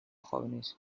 jóvenes